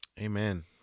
Amen